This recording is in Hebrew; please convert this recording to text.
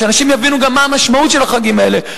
שאנשים יבינו גם מה המשמעות של החגים האלה,